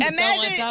Imagine